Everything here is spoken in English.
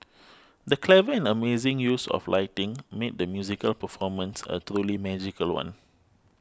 the clever and amazing use of lighting made the musical performance a truly magical one